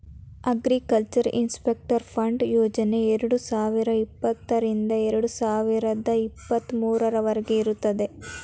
agriculture infrastructure fund ಯೋಜನೆ ಎರಡು ಸಾವಿರದ ಇಪ್ಪತ್ತರಿಂದ ಎರಡು ಸಾವಿರದ ಇಪ್ಪತ್ತ ಮೂರವರಗೆ ಇರುತ್ತದೆ